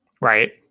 right